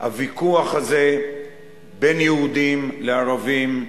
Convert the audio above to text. הוויכוח הזה בין יהודים לערבים,